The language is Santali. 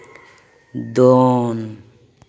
ᱫᱚᱱ